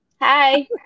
Hi